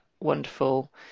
wonderful